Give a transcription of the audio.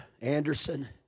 Anderson